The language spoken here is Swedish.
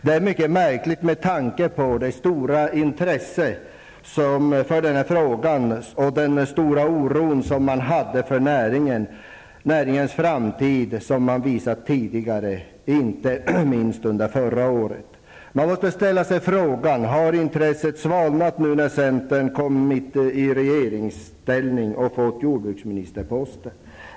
Det är mycket märkligt med tanke på det stora intresse för denna fråga och den stora oro för näringens framtid som man visat tidigare, inte minst under förra året. Man måste ställa sig frågan: Har intresset svalnat nu när centern kommit i regeringsställning och fått jordbruksministerposten?